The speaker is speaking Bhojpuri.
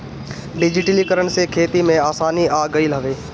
डिजिटलीकरण से खेती में आसानी आ गईल हवे